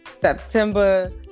September